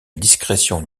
discrétion